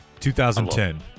2010